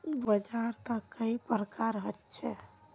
बाजार त कई प्रकार होचे?